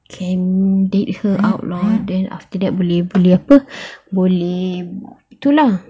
can take her out uh then after that boleh beli apa boleh itu lah